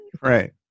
right